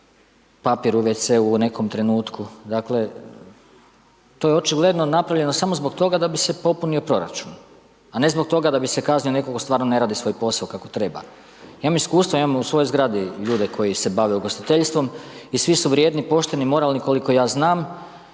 papir u wc-u u nekom trenutku, dakle, to je očigledno napravljeno samo zbog toga da bi se popunio proračun. A ne zbog toga da bi se kaznio netko tko stvarno ne radi svoj posao kako treba. Ja imam iskustva, imam u svojoj zgradi ljude koji se bave ugostiteljstvom i svi su vrijedni, pošteni, moralni koliko ja znam